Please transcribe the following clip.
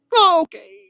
Okay